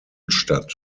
statt